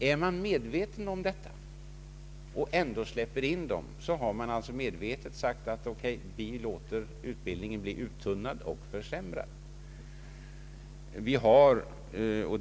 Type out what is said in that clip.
Om man med vetskap om dessa förhållanden ändå fortsätter att släppa in nya mängder av studerande så gör man det ju till priset av en uttunnad och försämrad utbildning.